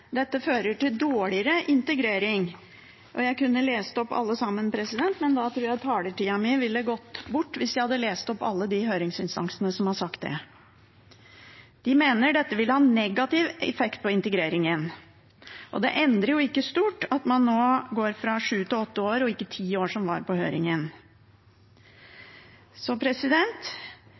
Dette fører til dårligere integrering. Jeg kunne lest opp alle sammen, men jeg tror taletida mi ville blitt brukt opp om jeg hadde lest opp alle uttalelsene fra høringsinstansene som har sagt det. De mener dette vil ha negativ effekt på integreringen. Og det endrer ikke stort at man nå går fra sju til åtte år – og ikke ti år, som var på